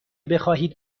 بخواهید